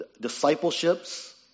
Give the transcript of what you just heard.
discipleship's